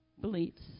beliefs